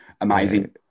amazing